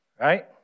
right